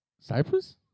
Cyprus